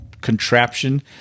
contraption